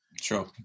Sure